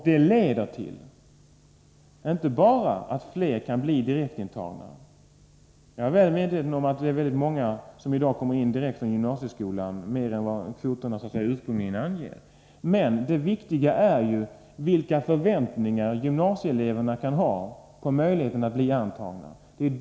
Detta leder inte bara till att fler kan bli direkt antagna. Jag är väl medveten om att väldigt många kommer in direkt från gymnasieskolan. De är fler än kvoterna ursprungligen anger. Det viktiga är emellertid vilka förväntningar gymnasieeleverna kan ha på möjligheten att bli antagna.